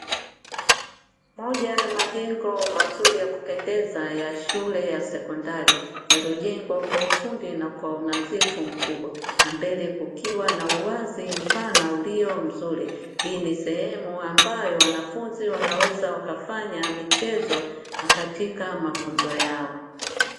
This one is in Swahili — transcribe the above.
Moja ya majengo mazuri ya kupendeza ya shule ya sekondari yaliyojengwa kwa ufundi na kwa unadhifu mkubwa na mbele kukiwa na uwazi mpana ulio mzuri hii ni sehemu ambayo wanafunzi wanaweza wakafanya michezo na katika mafunzo yao.